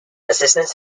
assistance